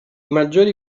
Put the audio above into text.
maggiori